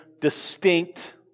distinct